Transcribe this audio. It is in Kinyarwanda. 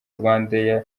rwandair